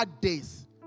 days